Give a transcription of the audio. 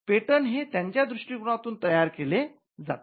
patent हे त्यांच्या दृष्टिकोनातून तयार केले जाते